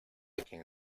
quien